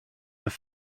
have